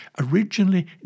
originally